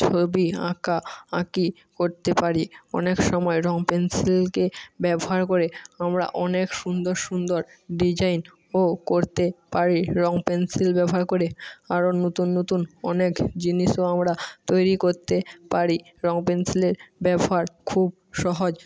ছবি আঁকা আঁকি করতে পারি অনেক সময় রঙ পেনসিলকে ব্যবহার করে আমরা অনেক সুন্দর সুন্দর ডিজাইনও করতে পারি রঙ পেনসিল ব্যবহার করে আরও নতুন নতুন অনেক জিনিসও আমরা তৈরি করতে পারি রঙ পেনসিলের ব্যবহার খুব সহজ